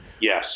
yes